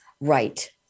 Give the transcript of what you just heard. Right